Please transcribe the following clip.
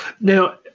Now